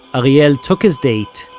ariel took his date,